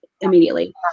immediately